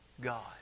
God